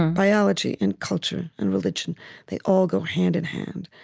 biology and culture and religion they all go hand-in-hand.